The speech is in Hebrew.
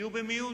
יהיו במיעוט.